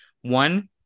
One